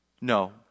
No